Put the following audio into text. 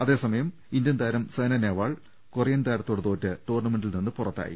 അതേസമയം ഇന്ത്യൻ താരം Saina Nehwal Korean താരത്തോട് തോറ്റ് ടൂർണ്ണമെന്റിൽ നിന്നും പുറത്തായി